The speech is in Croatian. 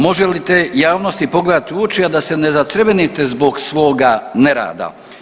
Može li te javnosti pogledati u oči, a da se ne zacrvenite zbog svoga nerada?